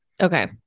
Okay